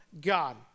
God